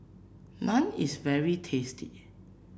naan is very tasty